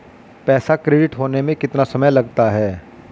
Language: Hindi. पैसा क्रेडिट होने में कितना समय लगता है?